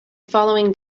following